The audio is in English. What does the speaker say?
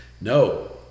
No